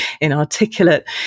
inarticulate